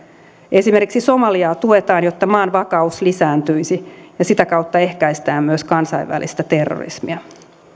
esimerkiksi somaliaa tuetaan jotta maan vakaus lisääntyisi ja sitä kautta ehkäistään myös kansainvälistä terrorismia